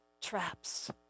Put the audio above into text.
traps